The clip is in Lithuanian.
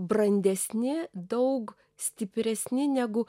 brandesni daug stipresni negu